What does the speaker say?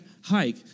hike